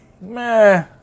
Meh